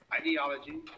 ideology